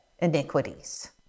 iniquities